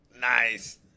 Nice